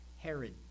Herod